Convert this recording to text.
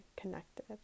connected